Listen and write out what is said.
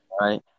Right